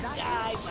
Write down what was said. guy